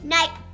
Night